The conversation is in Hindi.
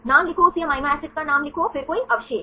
नाम लिखो उसी एमिनो एसिड का नाम लिखो फिर कोई अवशेष